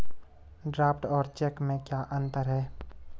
Draft और cheque में क्या अंतर है?